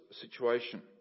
situation